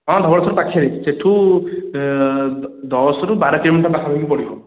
ହଁ ଧବଳେଶ୍ୱର ପାଖରେ ସେଠୁ ଦଶରୁ ବାର କିଲୋମିଟର ପାଖାପାଖି ପଡ଼ିବ